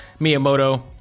miyamoto